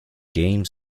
game